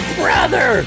brother